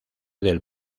del